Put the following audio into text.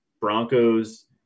Broncos